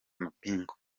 amapingu